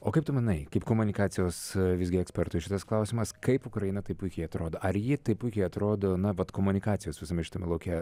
o kaip tu manai kaip komunikacijos visgi ekspertui šitas klausimas kaip ukraina taip puikiai atrodo ar ji taip puikiai atrodo na vat komunikacijos visame šitame lauke